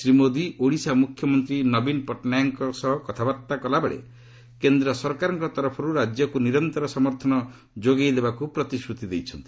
ଶ୍ରୀ ମୋଦି ଓଡ଼ିଶା ମୁଖ୍ୟମନ୍ତ୍ରୀ ନବୀନ ପଟ୍ଟନାୟକଙ୍କ ସହ କଥାବାର୍ଭା କଲାବେଳେ କେନ୍ଦ୍ର ସରକାରଙ୍କ ତରଫରୁ ରାଜ୍ୟକୁ ନିରନ୍ତର ସମର୍ଥନ ଯୋଗାଇ ଦେବାକୁ ପ୍ରତିଶ୍ରତି ଦେଇଛନ୍ତି